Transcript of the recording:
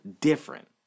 different